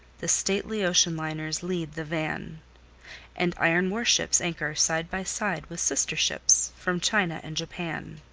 the stately ocean liners lead the van and iron warships anchor side by side, with sister ships from china and japan.